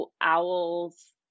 Owls